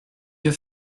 yeux